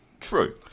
True